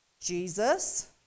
Jesus